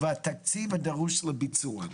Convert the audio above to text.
והתקציב הדרוש לביצוע.